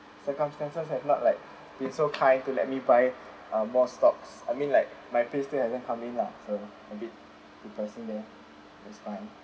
circumstances have not like been so kind to let me buy uh more stocks I mean like my pay still hasn't come in lah I mean it's a bit depressing there but it's find